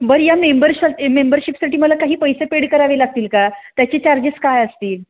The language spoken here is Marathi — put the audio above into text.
बरं या मेंबरसा हे मेंबरशिपसाठी मला काही पैसे पेड करावे लागतील का त्याचे चार्जेस काय असतील